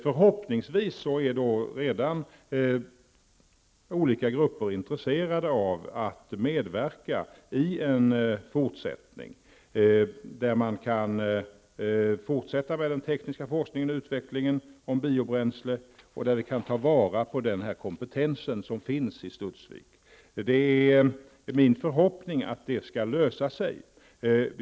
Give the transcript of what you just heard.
Förhoppningsvis är redan olika grupper intresserade av att medverka i ett fortsatt arbete, där man kan arbeta vidare med den tekniska forskningen och utvecklingen i fråga om biobränslen och där man kan ta vara på den kompetens som finns vid Studsvik. Det är min förhoppning att det här skall kunna lösas.